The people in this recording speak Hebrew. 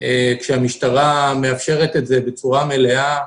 כשהמשטרה מאפשרת את זה בצורה מלאה.